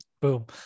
Boom